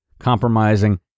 compromising